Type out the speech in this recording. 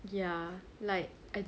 ya like I